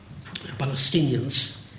Palestinians